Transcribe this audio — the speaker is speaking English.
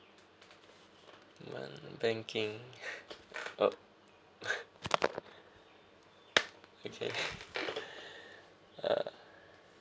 uh banking okay uh